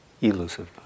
Elusive